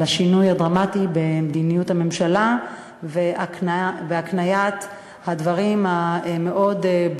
על השינוי הדרמטי במדיניות הממשלה והקניית הדברים המאוד-ברורים,